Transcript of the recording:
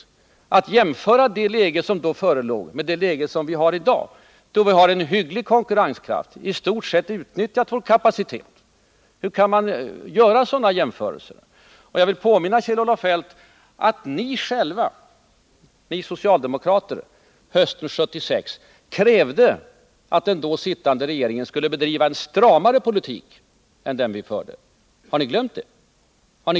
Hur kan man jämföra det läge som då förelåg med det läge som vi har i dag, då vi har hygglig konkurrenskraft och i stort sett har utnyttjat kapaciteten och bakom oss har ett år av åtstramning, som lett till avsett positivt resultat? Jag vill också påminna Kjell-Olof Feldt om att ni socialdemokrater hösten 1976 krävde att den då sittande regeringen skulle bedriva en stramare politik än den vi förde. Har ni glömt det?